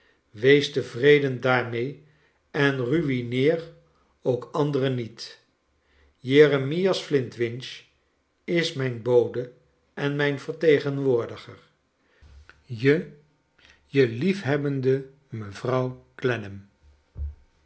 wees tevreden daarmee en rui'neer ook anderen niet jeremias flintwinch is mijn bode en mijn vertegenwoordiger je je liefhebbende